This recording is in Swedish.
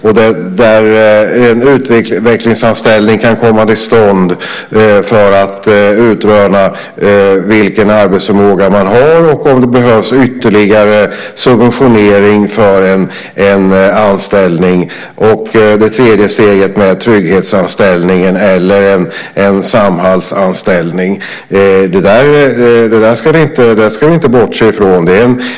En utvecklingsanställning kan komma till stånd för att utröna vilken arbetsförmåga man har och om det behövs ytterligare subventionering för en anställning. Det tredje steget är trygghetsanställningen eller en samhallsanställning. Det ska vi inte bortse från.